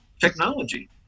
technology